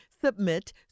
Submit